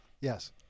Yes